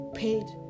paid